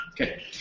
Okay